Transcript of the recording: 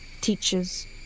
teachers